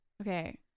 Okay